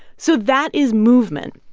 so that is movement.